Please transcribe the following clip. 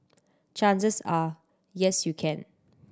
chances are yes you can